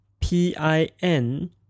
pin